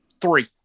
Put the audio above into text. three